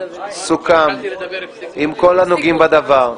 סוכם עם כל הנוגעים בדבר,